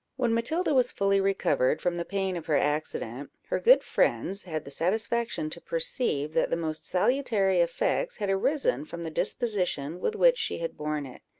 when matilda was fully recovered from the pain of her accident, her good friends had the satisfaction to perceive that the most salutary effects had arisen from the disposition with which she had borne it.